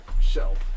shelf